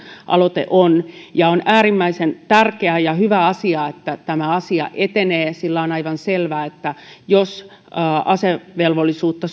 aloite on ja on äärimmäisen tärkeä ja hyvä asia että tämä asia etenee sillä on aivan selvää että jos asevelvollisuutta